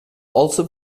also